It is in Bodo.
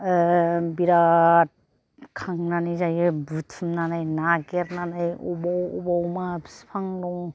बिराद खांनानै जायो बुथुमनानै नागेरनानै अबाव अबाव मा बिफां दं